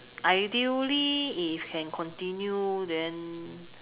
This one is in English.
ideally if can continue then